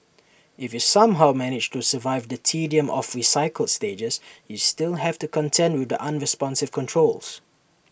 if you somehow manage to survive the tedium of recycled stages you still have to contend with the unresponsive controls